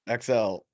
XL